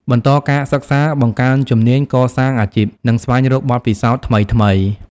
បន្តការសិក្សា បង្កើនជំនាញ កសាងអាជីព និងស្វែងរកបទពិសោធន៍ថ្មីៗ។